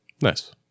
Nice